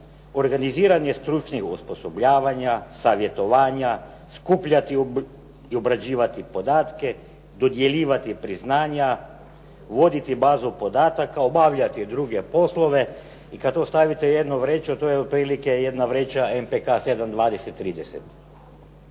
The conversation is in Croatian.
organiziranje stručnih osposobljavanja, savjetovanja, skupljati i obrađivati podatke, dodjeljivati priznanja, voditi bazu podataka, obavljati druge poslove i kad to stavite u jednu veću, to je otprilike jedna veća MPK 7, 20,